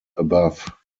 above